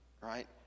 right